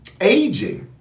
Aging